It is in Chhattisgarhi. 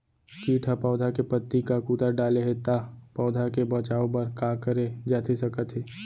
किट ह पौधा के पत्ती का कुतर डाले हे ता पौधा के बचाओ बर का करे जाथे सकत हे?